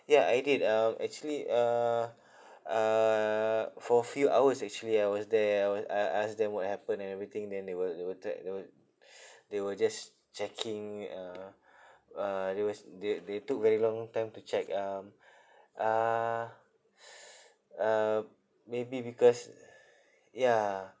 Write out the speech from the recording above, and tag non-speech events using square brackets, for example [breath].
ya I did um actually uh uh for few hours actually I was there I wa~ I I asked them what happened and everything then they were they were track they were [breath] they were just checking uh uh they was they they took very long time to check um uh [breath] uh maybe because [breath] yeah